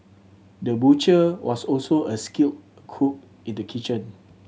the butcher was also a skilled cook in the kitchen